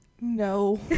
No